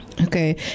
Okay